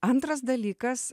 antras dalykas